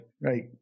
Right